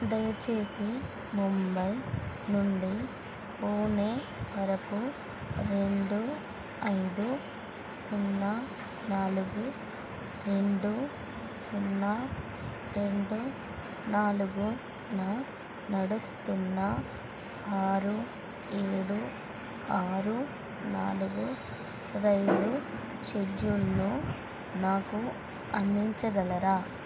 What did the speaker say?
దయచేసి ముంబై నుండి పూణే వరకు రెండు ఐదు సున్నా నాలుగు రెండు సున్నా రెండు నాలుగున నడుస్తున్న ఆరు ఏడు ఆరు నాలుగు రైలు షెడ్యూల్ను నాకు అందించగలరా